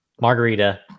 margarita